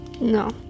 No